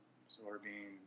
absorbing